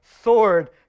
sword